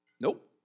Nope